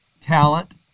talent